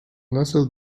nasıl